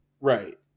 Right